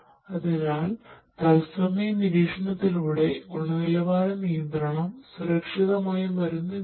അതിനാൽ തത്സമയ നിരീക്ഷണത്തിലൂടെ ഗുണനിലവാര നിയന്ത്രണം സുരക്ഷിതമായ മരുന്ന് വിതരണം